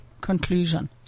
conclusion